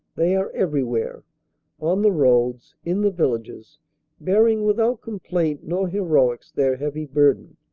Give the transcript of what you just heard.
they are every where on the roads, in the villages bearing without com plaint nor heroics their heavy burden,